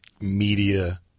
media